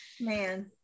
man